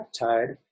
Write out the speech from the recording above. peptide